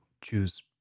choose